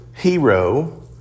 hero